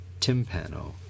Timpano